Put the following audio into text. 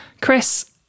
Chris